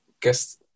guess